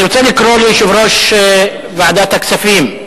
אני רוצה לקרוא ליושב-ראש ועדת הכספים,